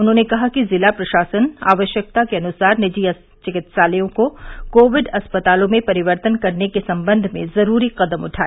उन्होंने कहा कि जिला प्रशासन आवश्यकतानुसार निजी चिकित्सालयों को कोविड अस्पतालों में परिवर्तित करने के सम्बंध में जरूरी कदम उठाए